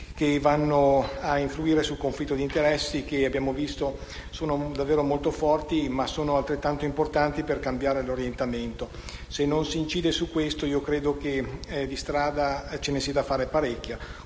che vanno a influire sul conflitto di interessi, che abbiamo visto essere davvero molto forte e che sono altrettanto importanti per cambiare l'orientamento. Se non si incide su questo, credo che di strada ce ne sia da fare parecchia.